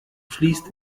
fließt